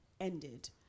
ended